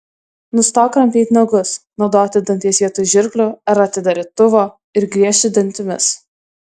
nustok kramtyti nagus naudoti dantis vietoj žirklių ar atidarytuvo ir griežti dantimis